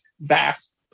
vast